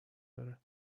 داره